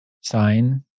sign